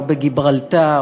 או בגיברלטר,